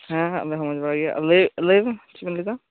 ᱦᱮᱸ ᱦᱮᱸ ᱟᱞᱮ ᱦᱚᱸ ᱢᱚᱸᱡᱽ ᱵᱟᱲᱟᱜᱮ ᱞᱟᱹᱭᱮᱫ ᱞᱟᱹᱭ ᱵᱮᱱ ᱪᱮᱫ ᱵᱮᱱ ᱞᱟᱹᱭ ᱮᱫᱟ